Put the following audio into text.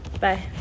Bye